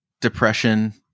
depression